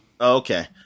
Okay